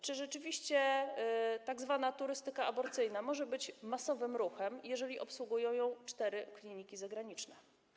Czy rzeczywiście tzw. turystyka aborcyjna może być masowym ruchem, jeżeli obsługują ją cztery kliniki zagraniczne?